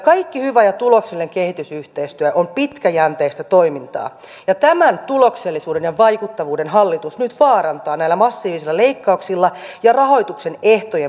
kaikki hyvä ja tuloksellinen kehitysyhteistyö on pitkäjänteistä toimintaa ja tämän tuloksellisuuden ja vaikuttavuuden hallitus nyt vaarantaa näillä massiivisilla leikkauksilla ja rahoituksen ehtojen muutoksilla